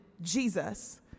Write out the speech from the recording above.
Jesus